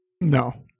no